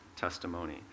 testimony